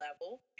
level